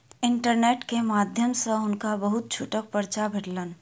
internet के माध्यम सॅ हुनका बहुत छूटक पर्चा भेटलैन